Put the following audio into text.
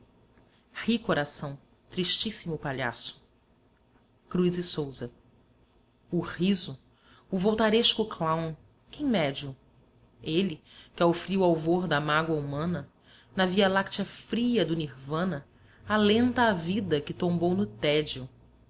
ri coração tristíssimo palhaço cruz e sousa o riso o valtairesco clown quem mede o ele que ao frio alvor da mágoa humana na via-láctea fria do nirvana alenta a vida que tombou no tédio